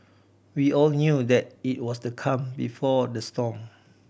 we all knew that it was the calm before the storm